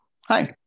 Hi